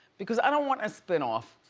because i don't want a spinoff,